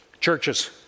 Churches